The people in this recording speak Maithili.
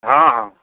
हँ हँ